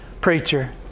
preacher